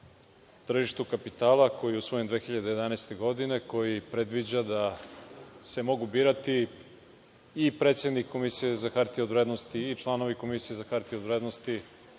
tržištu kapitala koji je usvojen 2011. godine koji predviđa da se mogu birati i predsednik Komisije za hartije od vrednosti i članovi Komisije za hartije od vrednosti